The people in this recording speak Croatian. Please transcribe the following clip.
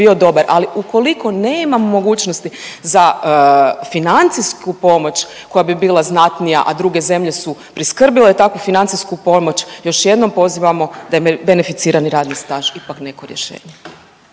bio dobar. Ali ukoliko nema mogućnosti za financijsku pomoć koja bi bila znatnija, a druge zemlje su priskrbile takvu financijsku pomoć, još jednom pozivamo da je beneficirani radni staž ipak neko rješenje.